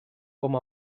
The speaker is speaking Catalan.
com